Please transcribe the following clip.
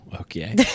Okay